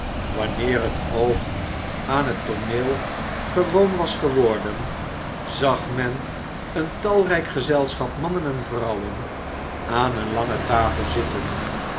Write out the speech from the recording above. wanneer het oog aan het tooneel gewoon was geworden zag men een talrijk gezelschap mannen en vrouwen aan eene lange tafel zitten